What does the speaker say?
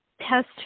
test